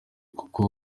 kuki